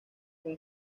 con